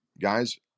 guys